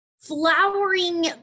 flowering